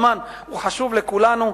הזמן חשוב לכולנו.